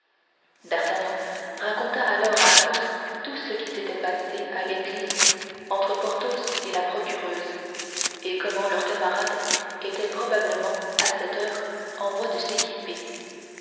d'artagnan raconta alors à athos tout ce qui s'était passé à l'église entre porthos et la procureuse et comment leur camarade était probablement à cette heure en voie de s'équiper